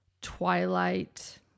twilight